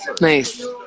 Nice